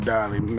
Dolly